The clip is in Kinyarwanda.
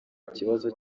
kibazo